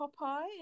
Popeye